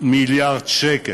מיליארד שקל.